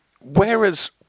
whereas